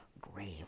grave